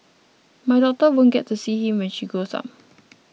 my daughter won't get to see him when she grows up